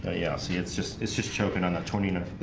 ah yeah, see it's just it's just choking on that twenty